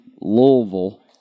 Louisville